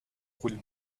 will